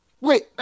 Wait